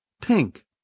pink